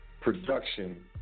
production